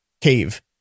cave